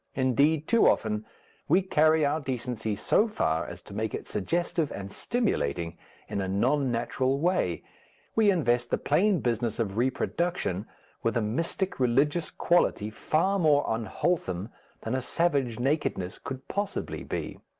indeed, too often we carry our decency so far as to make it suggestive and stimulating in a non-natural way we invest the plain business of reproduction with a mystic religious quality far more unwholesome than a savage nakedness could possibly be.